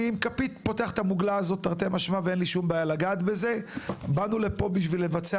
לי אין שום בעיה לגעת בזה; באנו לפה כדי לבצע